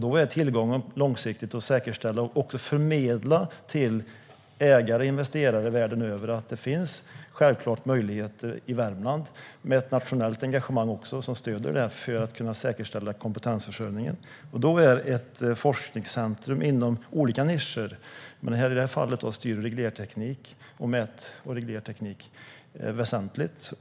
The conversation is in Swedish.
Då går tillgången på lång sikt att säkerställa, och vi måste också förmedla till ägare och investerare världen över att det finns möjligheter i Värmland, med ett nationellt engagemang som stöder detta, så att vi kan säkerställa kompetensförsörjningen. Forskningscentrum inom olika nischer, i det här fallet styr och reglerteknik samt mät och reglerteknik, är väsentligt.